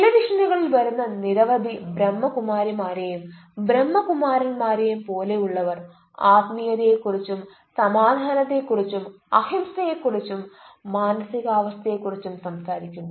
ടെലിവിഷനുകളിൽ വരുന്ന നിരവധി ബ്രഹ്മ കുമാരിമാരെയും ബ്രഹ്മകുമാർമാരെയും പോലെയുളളവർ ആത്മീയതയെക്കുറിച്ചും സമാധനത്തെ കുറിച്ചും അഹിംസയെക്കുറിച്ചും മാനസികാവസ്ഥയെക്കുറിച്ചും സംസാരിക്കുന്നു